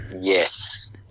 Yes